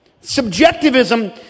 Subjectivism